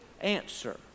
answer